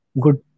good